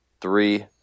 three –